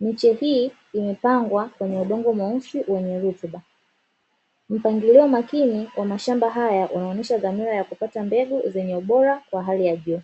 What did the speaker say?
Miche hii imepangwa kwenye udongo mweusi wenye rutuba. Mpangilio makini wa Mashamba haya unaonesha dhamira ya kupata Mbegu zenye ubora wa hali ya juu.